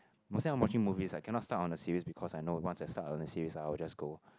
mostly watching movies I cannot start on a series because I know once I start on a series I will just go